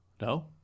No